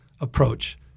approach